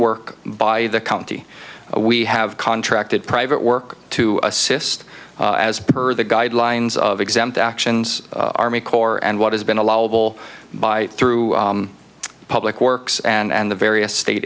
work by the county we have contracted private work to assist as per the guidelines of exempt actions army corps and what has been allowable by through public works and the various state